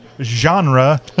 genre